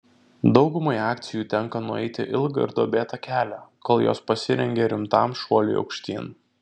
daugumai akcijų tenka nueiti ilgą ir duobėtą kelią kol jos pasirengia rimtam šuoliui aukštyn